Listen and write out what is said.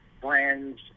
brands